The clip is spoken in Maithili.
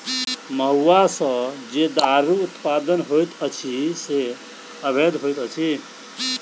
महुआ सॅ जे दारूक उत्पादन होइत अछि से अवैध होइत अछि